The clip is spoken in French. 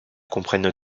comprennent